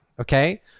Okay